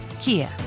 Kia